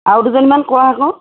আৰু দুজনীমানক ক' আকৌ